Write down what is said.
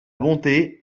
bonté